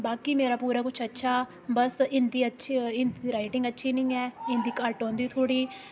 बाकी मेरा पूरा कुछ अच्छा बस हिंदी अच्छी दी हिंदी रायटिंग अच्छी नेईं ऐ हिंदी घट्ट औंदी थोह्ड़ी